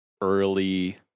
early